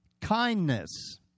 kindness